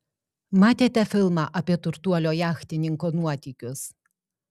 matėte filmą apie turtuolio jachtininko nuotykius